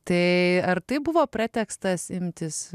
tai ar tai buvo pretekstas imtis